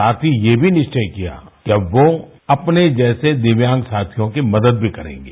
साथ ही ये भी निश्चय कियाा कि अब वो अपने जैसे दिव्यांग साथियों की मदद भी करेंगे